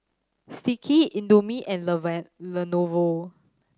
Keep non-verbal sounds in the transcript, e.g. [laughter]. Sticky Indomie and [unintelligible] Lenovo